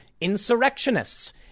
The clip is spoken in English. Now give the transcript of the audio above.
insurrectionists